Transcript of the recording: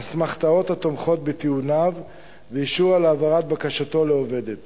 אסמכתאות התומכות בטיעוניו ואישור על העברת בקשתו לעובדת.